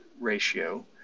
ratio